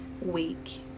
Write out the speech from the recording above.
week